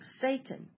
Satan